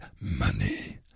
money